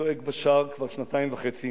צועק בשער כבר שנתיים וחצי.